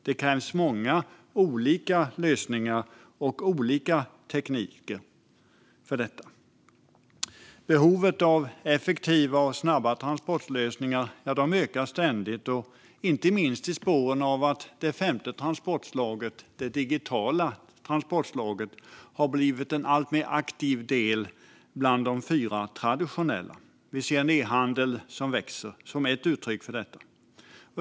Det krävs många olika lösningar och olika tekniker för detta. Behovet av effektiva och snabba transportlösningar ökar ständigt, inte minst i spåren av att det femte transportslaget, det digitala, har blivit en alltmer aktiv del bland de fyra traditionella. Vi ser en e-handel som växer som är ett uttryck för detta.